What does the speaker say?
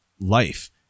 life